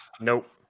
Nope